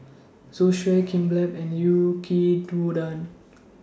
Zosui Kimbap and Yaki Udon